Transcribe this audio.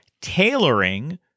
tailoring